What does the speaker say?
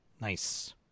Nice